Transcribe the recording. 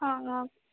ਹਾਂ ਹਾਂ